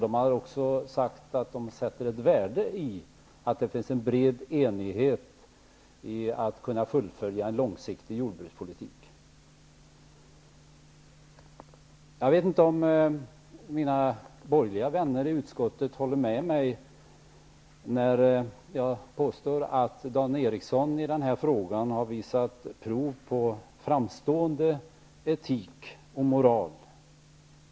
De har också sagt att de sätter ett värde i att det finns en bred enighet om att kunna fullfölja en långsiktig jordbrukspolitik. Jag vet inte om mina borgerliga vänner i utskottet håller med mig när jag påstår att Dan Ericsson i denna fråga har visat prov på framstående etik och moral.